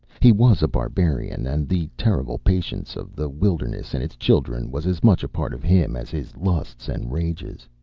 he was a barbarian, and the terrible patience of the wilderness and its children was as much a part of him as his lusts and rages.